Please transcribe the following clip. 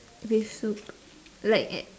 with soup like at